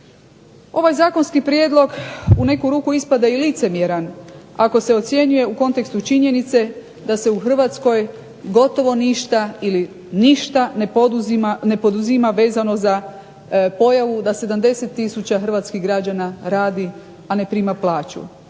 Ovaj zakonski prijedlog u neku ruku ispada i licemjeran ako se ocjenjuje u kontekstu činjenice da se u Hrvatskoj gotovo ništa ili ništa ne poduzima vezano za pojavu da 70 tisuća hrvatskih građana radi, a ne prima plaću.